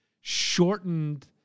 shortened